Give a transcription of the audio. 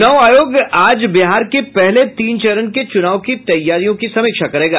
चुनाव आयोग आज बिहार के पहले तीन चरण के चुनाव की तैयारियों की समीक्षा करेगा